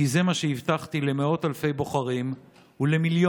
כי זה מה שהבטחתי למאות אלפי בוחרים ולמיליונים